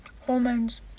Hormones